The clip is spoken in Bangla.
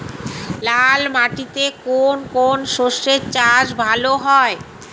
লাল মাটিতে কোন কোন শস্যের চাষ ভালো হয়?